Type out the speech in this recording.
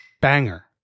banger